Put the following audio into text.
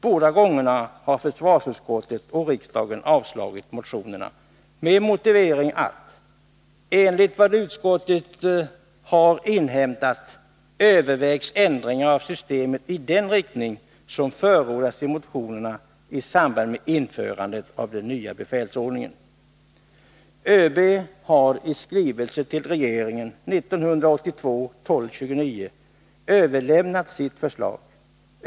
Båda gångerna har försvarsutskottet avstyrkt och riksdagen avslagit motionerna, med motiveringen: ”Enligt vad utskottet har inhämtat övervägs ändringar av systemet i den riktning som förordas i motionerna i samband med införandet av den nya befälsordningen.” ÖB har i skrivelse till regeringen den 29 december 1982 överlämnat sitt förslag.